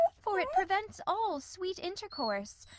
for it prevents all sweet intercourse,